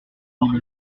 mille